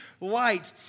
light